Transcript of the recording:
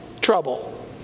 trouble